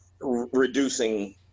reducing